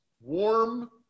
warm